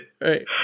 Right